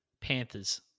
Panthers